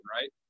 right